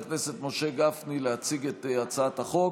הכספים חבר הכנסת משה גפני להציג את הצעת החוק.